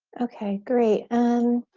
okay, great, um